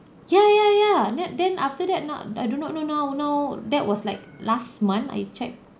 ya ya ya then then after that not I do not know know know that was like last month I check